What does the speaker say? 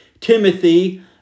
Timothy